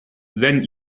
then